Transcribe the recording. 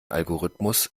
algorithmus